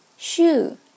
Shoe